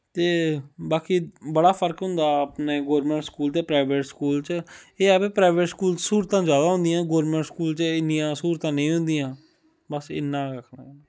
ते बाकी बड़ा फर्क होंदा अपने गौरमैंट स्कूल ते प्राईवेट स्कूल च एह् ऐ भाई प्राईवेट स्कूल च स्हूलतां जादा होंदियां गौरमैंट स्कूल च इन्नियां स्हूलतां नेंई होंदियां बस इन्ना गै आखना